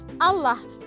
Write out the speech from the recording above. Allah